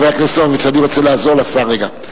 חבר הכנסת הורוביץ, אני רוצה לעזור לשר רגע.